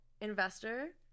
investor